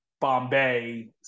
Bombay